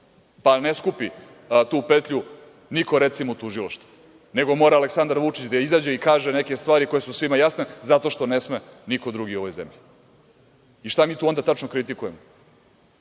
Ne skupi tu petlju niko, recimo, u tužilaštvu, nego mora Aleksandar Vučić da izađe i kaže neke stvari koje su svima jasne zato što ne sme niko drugi u ovoj zemlji. Šta mi tu onda tačno kritikujemo?